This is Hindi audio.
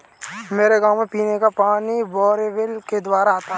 मेरे गांव में पीने का पानी बोरवेल के द्वारा आता है